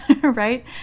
right